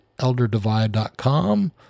ElderDivide.com